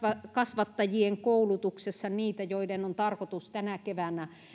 varhaiskasvattajien koulutuksessa niitä joiden on tarkoitus tänä keväänä